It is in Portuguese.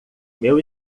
meu